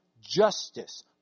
justice